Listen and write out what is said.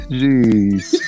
jeez